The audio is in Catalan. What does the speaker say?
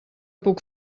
puc